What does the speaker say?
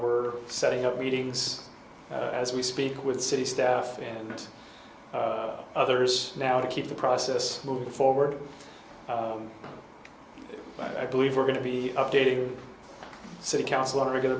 we're setting up meetings as we speak with city staff and others now to keep the process moving forward i believe we're going to be updating the city council on a regular